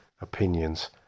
opinions